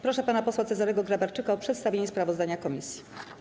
Proszę pana posła Cezarego Grabarczyka o przedstawienie sprawozdania komisji.